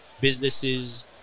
businesses